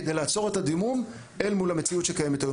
כדי לעצור את הדימום אל מול המציאות שקיימת היום,